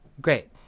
Great